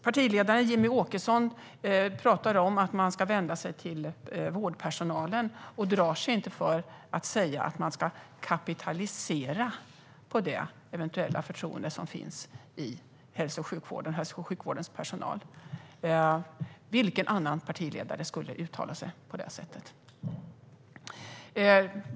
Partiledaren Jimmie Åkesson talar om att de ska vända sig till vårdpersonalen och drar sig inte för att säga att de ska "kapitalisera" på det eventuella förtroende som finns hos hälso och sjukvårdens personal. Vilken annan partiledare skulle uttala sig på det sättet?